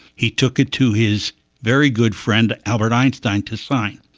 he took it to his very good friend albert einstein to sign.